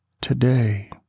today